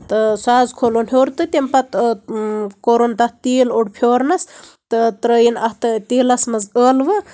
تہٕ سُہ حظ کھولُن ہیوٚر تہٕ تَمہِ پَتہٕ کوٚرُن تَتھ تیٖل اوٚڑ پھیوٗرنَس تہٕ ترٲوِن اَتھ تیٖلَس منٛز ٲلوٕ